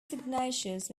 signatures